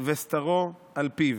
וסטרו על פיו".